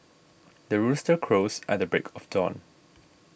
the rooster crows at the break of dawn